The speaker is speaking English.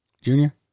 Junior